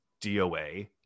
DOA